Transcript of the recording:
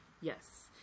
Yes